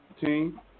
team